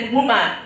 Woman